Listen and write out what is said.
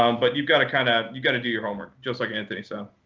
um but you've got to kind of you've got to do your homework, just like anthony said.